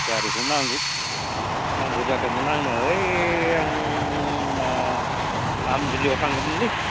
गारिखौ नांगौ नांगौ जादोंमोन आंनो ओइ आं मा आमजुलियाव थांगौमोनलै